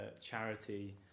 charity